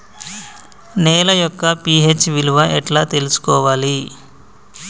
నేల యొక్క పి.హెచ్ విలువ ఎట్లా తెలుసుకోవాలి?